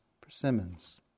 persimmons